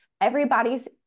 Everybody's